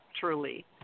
truly